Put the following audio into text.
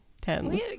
tens